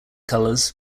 colours